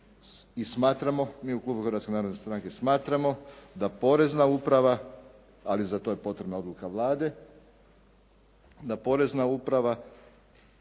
i smatramo mi u klubu Hrvatske narodne stranke smatramo da porezna uprava, ali za to je potrebna odluka Vlade, da porezna uprava